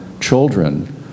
children